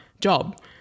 job